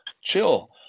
chill